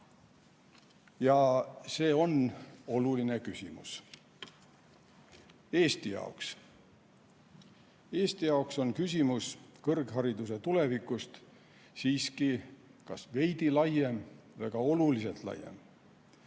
Ja see on oluline küsimus Eesti jaoks. Eesti jaoks on küsimus kõrghariduse tulevikust siiski kas veidi laiem või väga oluliselt laiem.